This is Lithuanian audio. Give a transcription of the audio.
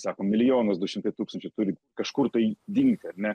sako milijonas du šimtai tūkstančių turi kažkur tai dingt ar ne